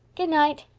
good night.